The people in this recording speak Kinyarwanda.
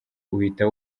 uhita